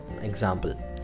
example